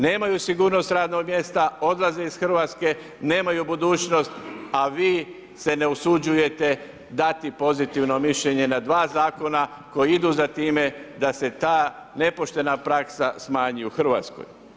Nemaju sigurnost radnog mjesta, odlaze iz Hrvatske, nemaju budućnost a vi se ne usuđujete dati pozitivno mišljenje na dva zakona koji idu za time da se ta nepoštena praksa smanji u Hrvatskoj.